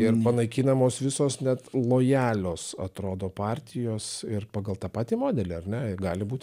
ir panaikinamos visos net lojalios atrodo partijos ir pagal tą patį modelį ar ne gali būt